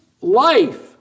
life